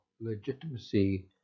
legitimacy